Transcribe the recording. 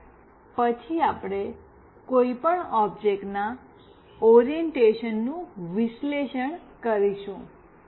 અને પછી આપણે કોઈપણ ઓબ્જેક્ટના ઓરિએંટેશનનું વિશ્લેષણ કરીશું